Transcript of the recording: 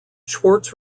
schwartz